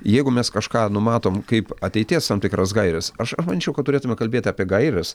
jeigu mes kažką numatom kaip ateities tam tikras gaires aš aš manyčiau kad turėtume kalbėti apie gaires